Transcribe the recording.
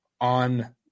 on